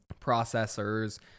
processors